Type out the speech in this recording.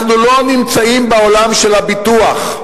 אנחנו לא נמצאים בעולם של הביטוח.